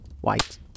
white